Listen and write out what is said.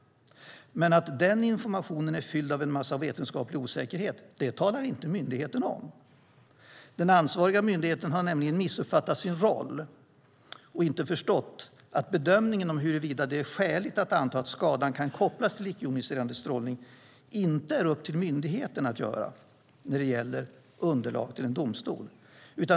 Men att den informationen är fylld av en massa vetenskaplig osäkerhet talar myndigheten inte om. Den ansvariga myndigheten har nämligen missuppfattat sin roll och inte förstått att bedömningen av huruvida det är skäligt att anta att skadan kan kopplas till icke-joniserande strålning inte är upp till myndigheten att göra när det gäller underlag till en domstol.